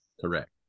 Correct